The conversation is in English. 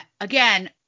again